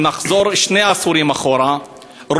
אם נחזור שני עשורים אחורה,